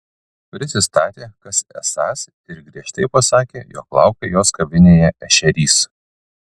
prisistatė kas esąs ir griežtai pasakė jog laukia jos kavinėje ešerys